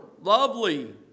lovely